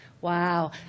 Wow